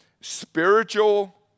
spiritual